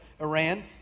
Iran